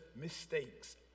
mistakes